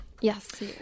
yes